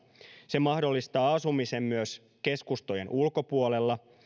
se mahdollistaa asumisen myös keskustojen ulkopuolella